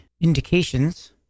Indications